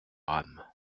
âme